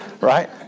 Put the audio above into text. right